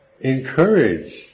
encourage